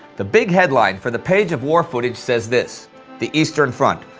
the big headline for the page of war footage says this the eastern front,